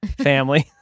family